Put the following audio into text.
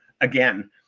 again